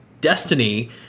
Destiny